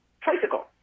tricycle